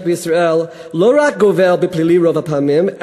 בישראל לא רק גובל בפלילים רוב הפעמים,